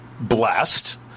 blessed